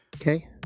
Okay